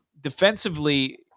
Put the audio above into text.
defensively